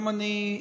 גם אני,